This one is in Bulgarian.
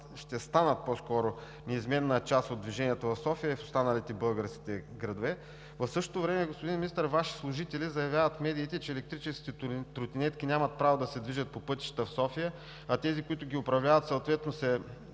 ще станат по-скоро неизменна част от движението в София и в останалите български градове. В същото време, господин Министър, Ваши служители заявяват в медиите, че електрическите тротинетки нямат право да се движат по пътищата в София, а тези, които ги управляват, съответно се